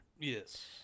Yes